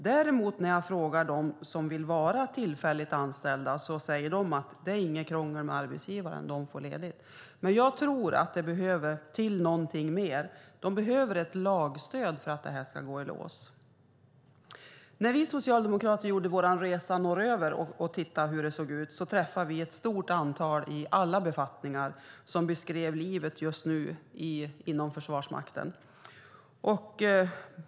När jag däremot frågar dem som vill vara tillfälligt anställda säger de att det inte är något krångel med arbetsgivaren; de får ledigt. Men jag tror att det behövs någonting mer. Det behövs ett lagstöd för att det här ska gå i lås. När vi socialdemokrater gjorde vår resa norröver och tittade på hur det såg ut träffade vi ett stort antal personer, i alla befattningar, som beskrev livet just nu inom Försvarsmakten.